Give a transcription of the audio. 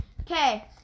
Okay